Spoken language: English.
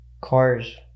cars